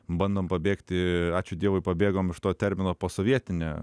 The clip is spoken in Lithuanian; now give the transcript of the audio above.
bandom pabėgti ačiū dievui pabėgom iš to termino posovietinė